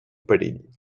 perill